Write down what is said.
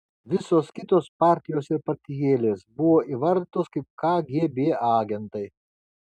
visos kitos partijos ir partijėlės buvo įvardytos kaip kgb agentai